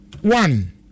one